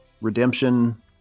redemption